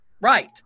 Right